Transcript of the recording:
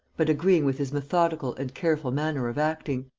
but agreeing with his methodical and careful manner of acting.